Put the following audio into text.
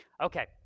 okay